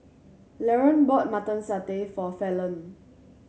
Laron bought Mutton Satay for Fallon